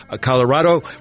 Colorado